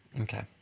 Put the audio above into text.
Okay